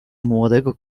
młodego